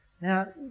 Now